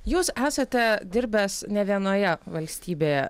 jūs esate dirbęs ne vienoje valstybėje